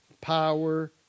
power